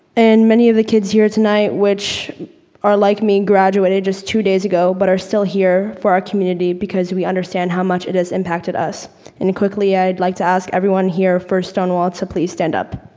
and many of the kids here tonight which are like me, graduated just two days ago but are still here for our community because we understand how much it has impacted us and quickly i'd like to ask everyone here for stonewall to please stand up.